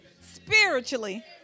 spiritually